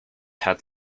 had